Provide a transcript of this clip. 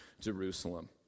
Jerusalem